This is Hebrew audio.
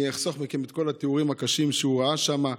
אני אחסוך מכם את כל התיאורים הקשים שהוא ראה שם,